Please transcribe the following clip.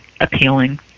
appealing